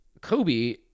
Kobe